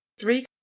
three